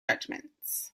judgments